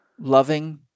loving